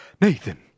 Nathan